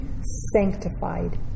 sanctified